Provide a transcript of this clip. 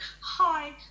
Hi